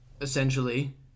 essentially